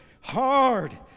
hard